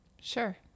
Sure